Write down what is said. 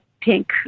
pink